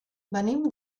venim